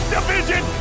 Division